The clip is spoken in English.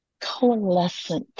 coalescent